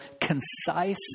concise